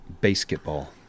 Basketball